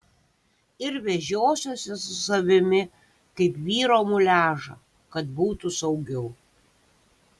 ir vežiosiuosi su savimi kaip vyro muliažą kad būtų saugiau